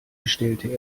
bestellte